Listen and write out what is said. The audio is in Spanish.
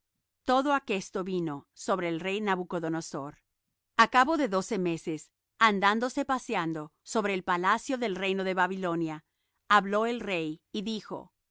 todo aquesto vino sobre el rey nabucodonosor a cabo de doce meses andándose paseando sobre el palacio del reino de babilonia habló el rey y dijo